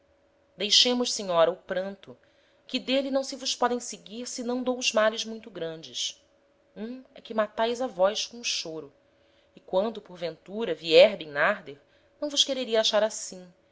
deixemos senhora o pranto que d'êle não se vos podem seguir senão dous males muito grandes um é que mataes a vós com o choro e quando porventura vier bimnarder não vos quereria achar assim